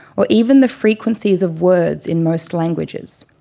or even the frequencies of words in most languages.